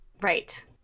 Right